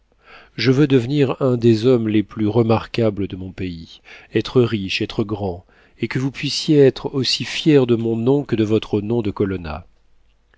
je veux devenir un des hommes les plus remarquables de mon pays être riche être grand et que vous puissiez être aussi fière de mon nom que de votre nom de colonna